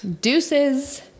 Deuces